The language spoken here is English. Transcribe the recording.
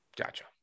Gotcha